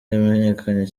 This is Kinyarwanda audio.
yamenyekanye